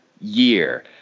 year